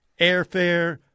airfare